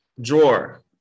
drawer